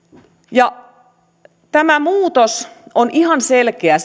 tämä muutos on ihan selkeä